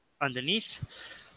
underneath